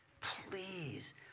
please